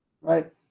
Right